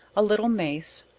a little mace,